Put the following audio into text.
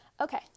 Okay